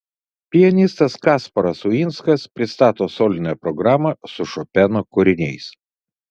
pianistas kasparas uinskas pristato solinę programą su šopeno kūriniais